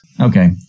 Okay